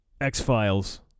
X-Files